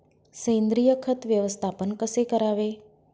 सेंद्रिय खत व्यवस्थापन कसे करावे?